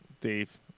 Dave